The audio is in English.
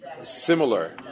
similar